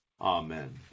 Amen